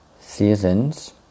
seasons